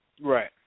Right